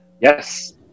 Yes